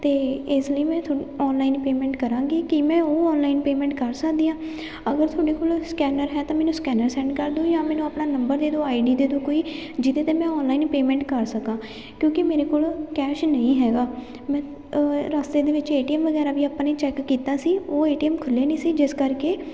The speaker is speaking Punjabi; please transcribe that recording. ਅਤੇ ਇਸ ਲਈ ਮੈਂ ਥੋ ਔਨਲਾਈਨ ਪੇਮੈਂਟ ਕਰਾਂਗੀ ਕੀ ਮੈਂ ਉਹ ਔਨਲਾਈਨ ਪੇਮੈਂਟ ਕਰ ਸਕਦੀ ਹਾਂ ਅਗਰ ਤੁਹਾਡੇ ਕੋਲ ਸਕੈਨਰ ਹੈ ਤਾਂ ਮੈਨੂੰ ਸਕੈਨਰ ਸੈਂਡ ਕਰ ਦਿਉ ਜਾਂ ਮੈਨੂੰ ਆਪਣਾ ਨੰਬਰ ਦੇ ਦਿਉ ਆਈਡੀ ਦੇ ਦਿਉ ਕੋਈ ਜਿਹਦੇ 'ਤੇ ਮੈਂ ਔਨਲਾਈਨ ਪੇਮੈਂਟ ਕਰ ਸਕਾਂ ਕਿਉਂਕਿ ਮੇਰੇ ਕੋਲ ਕੈਸ਼ ਨਹੀਂ ਹੈਗਾ ਮੈਂ ਰਸਤੇ ਦੇ ਵਿੱਚ ਏਟੀਐਮ ਵਗੈਰਾ ਵੀ ਆਪਾਂ ਨੇ ਚੈੱਕ ਕੀਤਾ ਸੀ ਉਹ ਏਟੀਐਮ ਖੁੱਲ੍ਹੇ ਨਹੀਂ ਸੀ ਜਿਸ ਕਰਕੇ